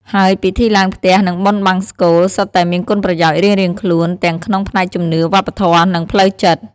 ហើយពិធីឡើងផ្ទះ និងបុណ្យបង្សុកូល សុទ្ធតែមានគុណប្រយោជន៍រៀងៗខ្លួន ទាំងក្នុងផ្នែកជំនឿ វប្បធម៌ និងផ្លូវចិត្ត។